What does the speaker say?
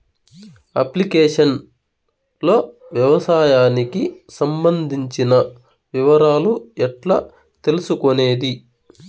Application లో వ్యవసాయానికి సంబంధించిన వివరాలు ఎట్లా తెలుసుకొనేది?